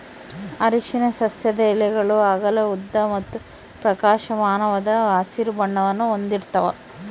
ಅರಿಶಿನ ಸಸ್ಯದ ಎಲೆಗಳು ಅಗಲ ಉದ್ದ ಮತ್ತು ಪ್ರಕಾಶಮಾನವಾದ ಹಸಿರು ಬಣ್ಣವನ್ನು ಹೊಂದಿರ್ತವ